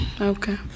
Okay